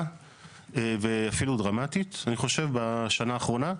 ואפילו דרמטית אני חושב בשנה האחרונה,